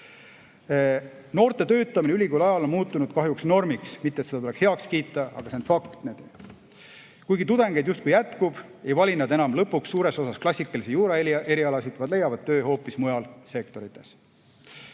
Noorte töötamine ülikooli ajal on muutunud kahjuks normiks, mitte et seda tuleks heaks kiita, aga see on fakt. Kuigi tudengeid justkui jätkub, ei vali nad enam lõpuks suures osas klassikalisi juuraerialasid, vaid leiavad töö hoopis mujal sektorites.